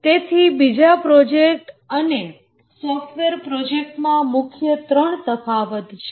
તેથી બીજા પ્રોજેક્ટ અને સોફ્ટવેર પ્રોજેક્ટમાં મુખ્ય ત્રણ તફાવત છે